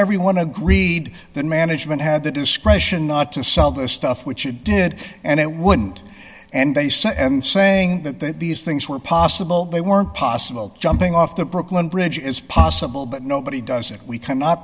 everyone agreed that management have the discretion not to sell this stuff which it did and it wouldn't and they said and saying that these things were possible they weren't possible jumping off the brooklyn bridge is possible but nobody does it we cannot